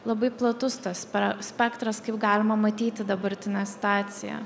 labai platus tas spe spektras kaip galima matyti dabartinę situaciją